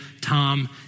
Tom